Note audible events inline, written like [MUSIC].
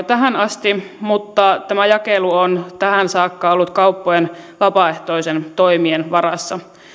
[UNINTELLIGIBLE] tähän asti mutta tämä jakelu on tähän saakka ollut kauppojen vapaaehtoisten toimien varassa